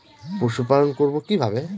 পশুপালন করব কিভাবে?